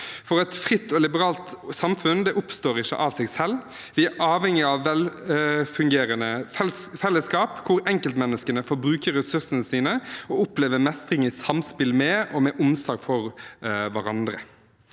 vårt. Et fritt og liberalt samfunn oppstår ikke av seg selv. Vi er avhengige av velfungerende fellesskap hvor enkeltmenneskene får bruke ressursene sine og oppleve mestring i samspill med og med omsorg for hverandre.